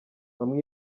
bamwe